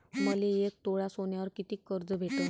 मले एक तोळा सोन्यावर कितीक कर्ज भेटन?